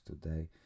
today